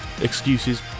excuses